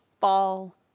fall